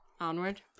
Onward